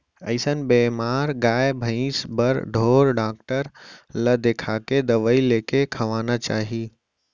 अइसन बेमार गाय भइंसी बर ढोर डॉक्टर ल देखाके दवई लेके खवाना चाही